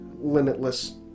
limitless